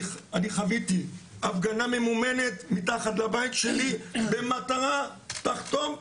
אני חוויתי הפגנה ממומנת מתחת לבית שלי במטרה לחתום,